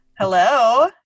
Hello